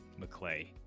McClay